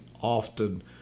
often